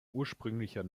ursprünglicher